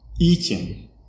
eating